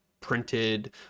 printed